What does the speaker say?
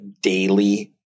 daily